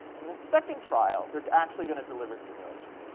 in the second trial, they're actually going to deliver stimulation.